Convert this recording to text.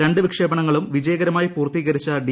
രണ്ടു വിക്ഷേപണങ്ങളും വിജയകരമായി പൂർത്തീകരിച്ച ഡി